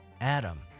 Adam